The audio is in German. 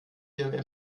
ihrem